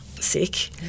sick